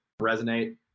resonate